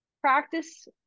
practice